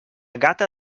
gata